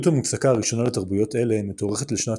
העדות המוצקה הראשונה לתרבויות אלה מתוארכות לשנת